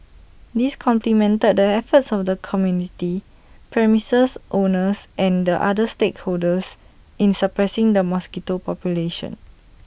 this complemented the efforts of the community premises owners and other stakeholders in suppressing the mosquito population